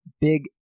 big